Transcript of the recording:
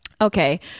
okay